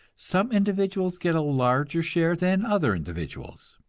some individuals get a larger share than other individuals.